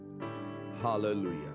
Hallelujah